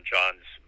John's